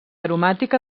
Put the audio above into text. aromàtica